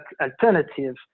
alternative